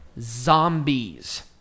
Zombies